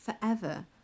forever